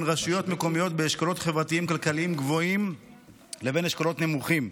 רשויות מקומיות באשכולות חברתיים-כלכליים גבוהים לבין אשכולות נמוכים.